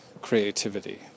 creativity